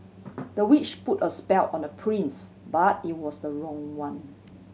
the witch put a spell on the prince but it was the wrong one